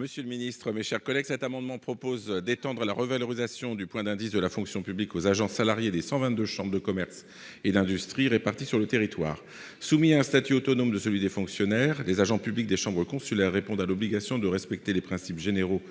Antoine Lefèvre. Nous proposons d'étendre la revalorisation du point d'indice de la fonction publique aux agents salariés des 122 chambres de commerce et d'industrie réparties sur le territoire. Soumis à un statut autonome de celui des fonctionnaires, les agents publics des chambres consulaires répondent à l'obligation de respecter les principes généraux